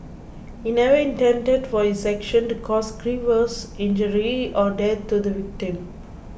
he never intended for his action to cause grievous injury or death to the victim